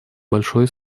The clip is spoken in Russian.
большое